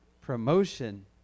Promotion